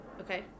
Okay